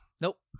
Nope